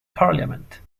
parliament